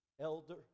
elder